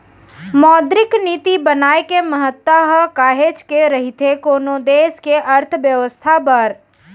मौद्रिक नीति बनाए के महत्ता ह काहेच के रहिथे कोनो देस के अर्थबेवस्था बर